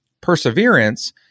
perseverance